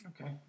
Okay